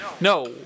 No